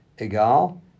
Egal